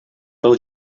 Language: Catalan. pel